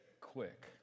quick